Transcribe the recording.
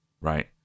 right